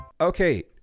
Okay